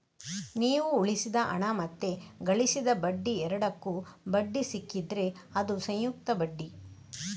ನೀವು ಉಳಿಸಿದ ಹಣ ಮತ್ತೆ ಗಳಿಸಿದ ಬಡ್ಡಿ ಎರಡಕ್ಕೂ ಬಡ್ಡಿ ಸಿಕ್ಕಿದ್ರೆ ಅದು ಸಂಯುಕ್ತ ಬಡ್ಡಿ